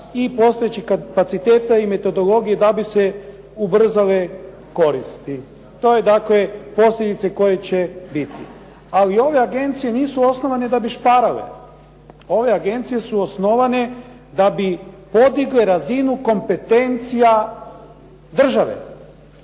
i postojećih kapaciteta i metodologije da bi se ubrzale koristi. To je dakle posljedice koje će biti. Ali ove agencije nisu osnovane da bi šparale. Ove agencije su osnovane da bi podigle razinu kompetencija države